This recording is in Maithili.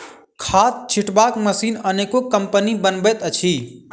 खाद छिटबाक मशीन अनेको कम्पनी बनबैत अछि